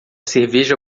cerveja